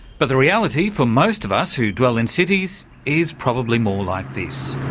but the reality for most of us who dwell in cities is probably more like this